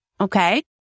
okay